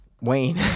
Wayne